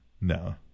No